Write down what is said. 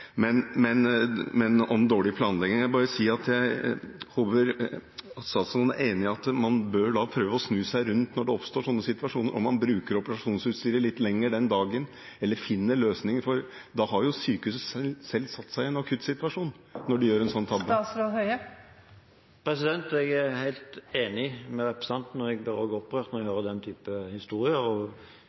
dårlig planlegging. Jeg håper at statsråden er enig i at man bør prøve å snu seg rundt når det oppstår slike situasjoner, at man bruker operasjonsutstyret litt lenger om dagen eller finner andre løsninger, for sykehuset har selv satt seg i en akuttsituasjon når man gjør en slik tabbe. Jeg er helt enig med representanten, og jeg blir også opprørt når jeg hører den typen historier.